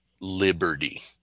liberty